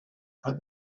put